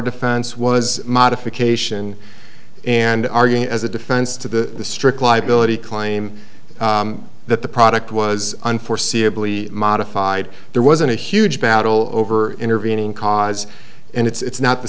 defense was modification and arguing as a defense to the strict liability claim that the product was unforeseeable e modified there wasn't a huge battle over intervening cause and it's not the